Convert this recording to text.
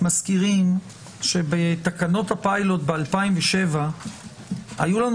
מזכירים שבתקנות הפיילוט ב-2007 היו לנו